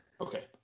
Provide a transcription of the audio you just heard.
Okay